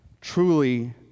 Truly